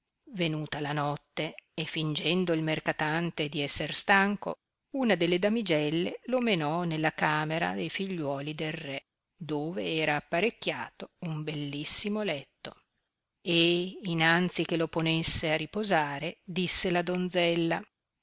venuta la notte e fingendo il mercatante di esser stanco una delle damigelle lo menò nella camera i figliuoli del re dove era apparecchiato un bellissimo letto e innanzi che lo ponesse a riposare disse la donzella